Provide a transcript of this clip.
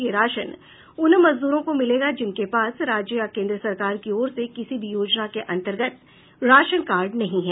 यह राशन उन मजद्रों को मिलेगा जिनके पास राज्य या केंद्र सरकार की ओर से किसी भी योजना के अंतर्गत राशन कार्ड नहीं है